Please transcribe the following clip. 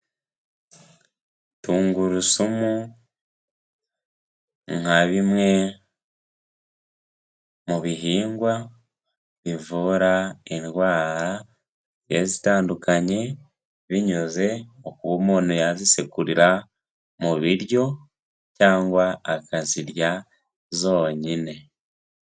Tungurusumu, nka bimwe mu bihingwa bivura indwara zigiye zitandukanye, binyuze mu kuba umuntu yazisekurira mu biryo, cyangwa akazirya zonyine.